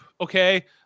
Okay